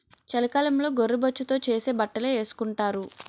చలికాలంలో గొర్రె బొచ్చుతో చేసే బట్టలే ఏసుకొంటారు